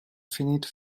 finite